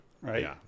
right